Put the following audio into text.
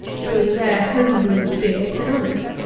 bringing their home-brewed beer to london.